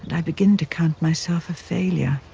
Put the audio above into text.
and i begin to count myself a failure.